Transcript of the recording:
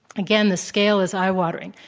again, the scale is eye-watering.